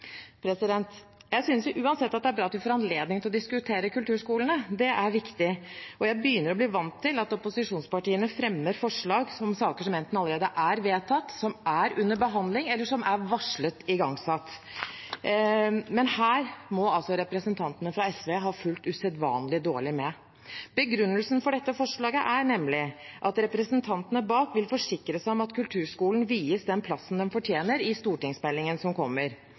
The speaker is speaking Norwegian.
Jeg synes uansett at det er bra at vi får anledning til å diskutere kulturskolene. Det er viktig. Og jeg begynner å bli vant til at opposisjonspartiene fremmer forslag om saker som enten allerede er vedtatt, som er under behandling, eller som er varslet igangsatt. Men her må altså representantene fra SV ha fulgt usedvanlig dårlig med. Begrunnelsen for dette forslaget er nemlig at representantene bak vil forsikre seg om at kulturskolen vies den